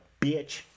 bitch